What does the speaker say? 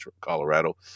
Colorado